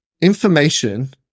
information